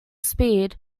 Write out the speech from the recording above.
speed